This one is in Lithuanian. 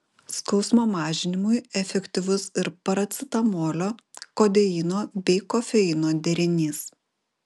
skausmo mažinimui efektyvus ir paracetamolio kodeino bei kofeino derinys